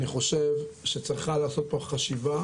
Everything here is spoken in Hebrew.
אני חושב שצריכה להיעשות פה חשיבה